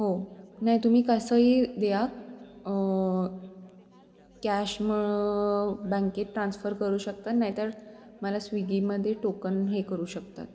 हो नाही तुम्ही कसंही द्या कॅश म बँकेत ट्रान्स्फर करू शकता नाही तर मला स्विगीमध्ये टोकन हे करू शकतात